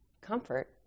comfort